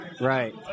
Right